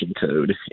code